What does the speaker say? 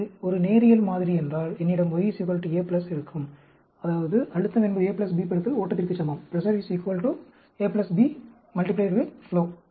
எனவே இது ஒரு நேரியல் மாதிரி என்றால் என்னிடம் y A இருக்கும் அதாவது அழுத்தம் என்பது A B ஓட்டத்திற்கு சமம் pressure is equal to A B flow